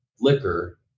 liquor